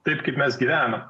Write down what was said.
taip kaip mes gyvename